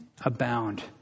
abound